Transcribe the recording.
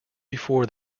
before